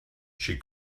she